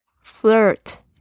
Flirt